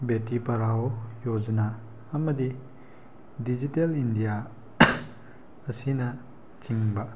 ꯕꯦꯇꯤ ꯄꯔꯍꯥꯎꯑꯣ ꯌꯣꯖꯅꯥ ꯑꯃꯗꯤ Digital India ꯑꯁꯤꯅꯆꯤꯡꯕ